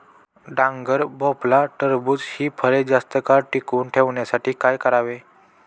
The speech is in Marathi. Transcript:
डांगर, भोपळा, टरबूज हि फळे जास्त काळ टिकवून ठेवण्यासाठी काय करावे?